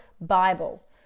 Bible